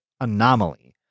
Anomaly